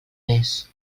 més